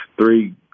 three